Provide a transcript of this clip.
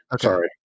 sorry